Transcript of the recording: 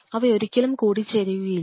അവരൊരിക്കലും കൂടിചേരുകയില്ല